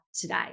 today